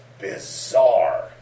bizarre